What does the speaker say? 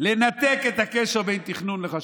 לנתק את הקשר בין תכנון לחשמל,